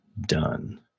done